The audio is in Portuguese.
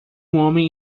homem